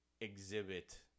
exhibit